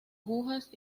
aguas